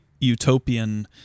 utopian